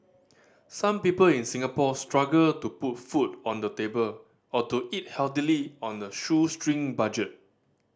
some people in Singapore struggle to put food on the table or to eat healthily on a shoestring budget